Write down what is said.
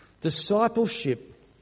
Discipleship